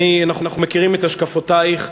אנחנו מכירים את השקפותייך.